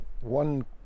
one